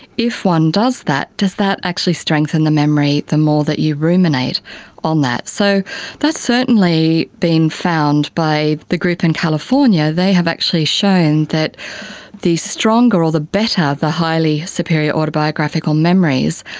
if one does that, does that actually strengthen the memory the more that you ruminate on that. so that certainly has been found by the group in california, they have actually shown that the stronger or the better the highly superior autobiographical memories,